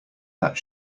that